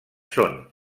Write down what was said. són